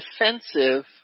defensive